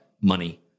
money